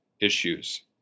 issues